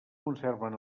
conserven